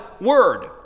word